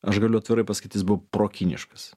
aš galiu atvirai pasakyt jis buvo pro kiniškas